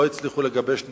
לא הצליחו לגבש נוסחה,